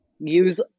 use